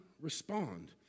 respond